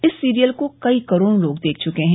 इस सीरियल को कई करोड़ लोग देख चुके हैं